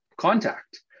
contact